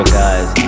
guys